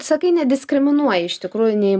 sakai nediskriminuoji iš tikrųjų nei